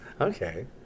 Okay